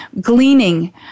gleaning